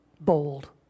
bold